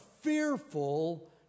fearful